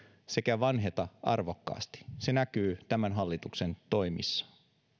sekä vanheta arvokkaasti se näkyy tämän hallituksen toimissa